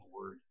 word